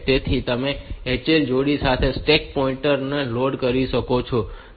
તેથી તમે HL જોડી સાથે સ્ટેક પોઇન્ટર ને લોડ કરી શકો છો